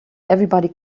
everybody